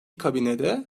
kabinede